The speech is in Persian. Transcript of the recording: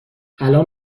الان